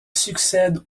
succèdent